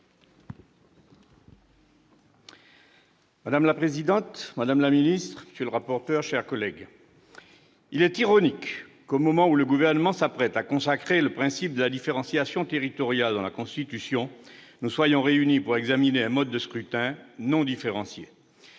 Madame la présidente, madame la ministre, monsieur le rapporteur, mes chers collègues, il est ironique, au moment où le Gouvernement s'apprête à consacrer le principe de la différenciation territoriale dans la Constitution, que nous soyons réunis pour examiner un mode de scrutin non différencié